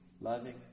loving